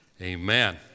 Amen